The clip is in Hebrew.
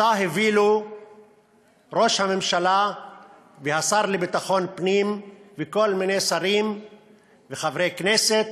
שהובילו ראש הממשלה והשר לביטחון פנים וכל מיני שרים וחברי כנסת,